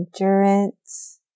endurance